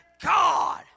God